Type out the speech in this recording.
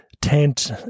tent